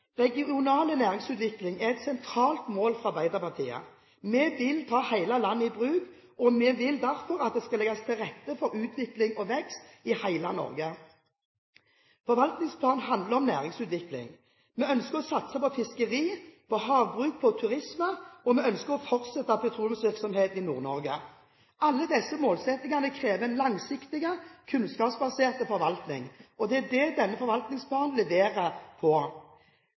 Regional næringsutvikling er et sentralt mål for Arbeiderpartiet. Vi vil ta hele landet i bruk, og vi vil derfor at det skal legges til rette for utvikling og vekst i hele Norge. Forvaltningsplanen handler om næringsutvikling. Vi ønsker å satse på fiskeri, på havbruk, på turisme, og vi ønsker å fortsette petroleumsvirksomheten i Nord-Norge. Alle disse målsettingene krever en langsiktig, kunnskapsbasert forvaltning. Det er det denne forvaltningsplanen leverer.